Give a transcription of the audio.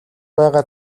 байгаа